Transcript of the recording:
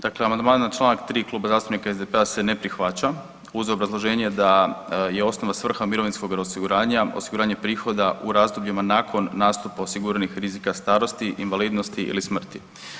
Dakle, amandman na čl. 3 Kluba zastupnika SDP-a se ne prihvaća uz obrazloženje da je osnova svrha mirovinskog osiguranja osiguranje prihoda u razdobljima nakon nastupa osiguranih rizika starosti, invalidnosti ili smrti.